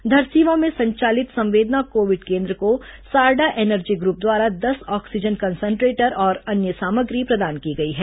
धरसीवां में संचालित संवेदना कोविड केन्द्र को सारडा एनर्जी ग्रुप द्वारा दस ऑक्सीजन कंसन्ट्रेटर और अन्य सामग्री प्रदान की गई है